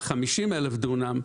50 אלף דונם,